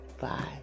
Bye